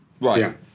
Right